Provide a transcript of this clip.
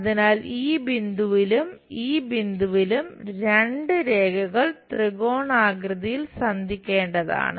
അതിനാൽ ഈ ബിന്ദുവിലും ഈ ബിന്ദുവിലും രണ്ട് രേഖകൾ ത്രികോണാകൃതിയിൽ സന്ധിക്കേണ്ടതാണ്